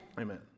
Amen